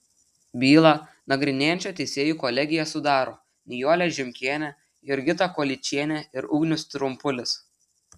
bylą nagrinėjančią teisėjų kolegiją sudaro nijolė žimkienė jurgita kolyčienė ir ugnius trumpulis